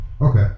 Okay